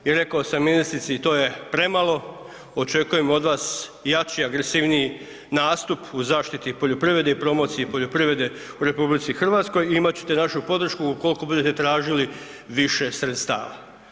I rekao sam ministrici to je premalo, očekujem od vas jači i agresivniji nastup u zaštiti poljoprivrede i promociji poljoprivrede u RH i imate ćete našu podršku ukoliko budete tražili više sredstava.